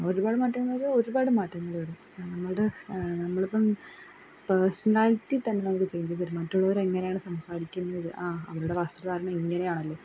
ഒരുപാട് മാറ്റംന്നറഞ്ഞാൽ ഒരുപാട് മാറ്റങ്ങൾ വരും നമ്മളുടെ നമ്മളിപ്പം പേഴ്സണാലിറ്റി തന്നെ നമുക്ക് ചേഞ്ചസ് വരും മറ്റുള്ളവരെങ്ങനെയാണ് സംസാരിക്കുന്നത് അ അവരുടെ വസ്ത്രധാരണം ഇങ്ങനെയാണല്ലെ